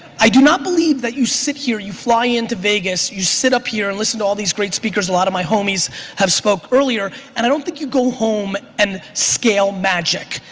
i do not believe that you sit here, you fly into vegas you sit up here and listen to all these great speakers, a lot of my homies have spoke earlier and i don't think you go home and scale magic.